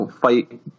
fight